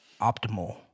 optimal